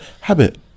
habit